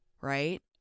right